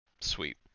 sweet